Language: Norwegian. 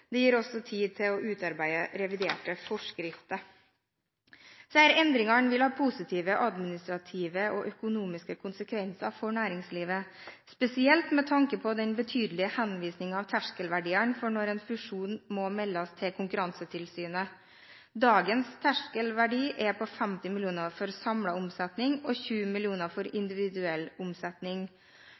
Det gir også tid til å utarbeide reviderte forskrifter. Disse endringene vil ha positive administrative og økonomiske konsekvenser for næringslivet, spesielt med tanke på den betydelige henvisningen til terskelverdiene for når en fusjon må meldes til Konkurransetilsynet. Dagens terskelverdi er på 50 mill. kr for samlet omsetning, og 20 mill. kr for individuell omsetning.